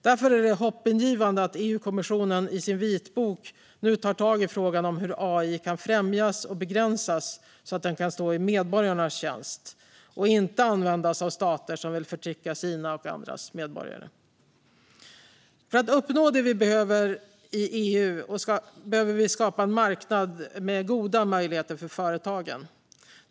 Därför är det hoppingivande att EU-kommissionen nu i sin vitbok tar tag i frågan om hur AI kan främjas och begränsas så att den kan stå i medborgarnas tjänst och inte användas av stater som vill förtrycka sina och andras medborgare. För att uppnå detta behöver vi i EU skapa en marknad med goda möjligheter för företagen.